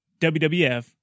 WWF